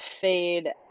fade